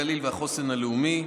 הגליל והחוסן הלאומי,